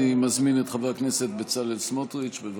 אני מזמין את חבר הכנסת בצלאל סמוטריץ', בבקשה.